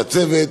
והצוות,